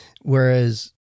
Whereas